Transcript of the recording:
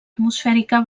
atmosfèrica